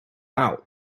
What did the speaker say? out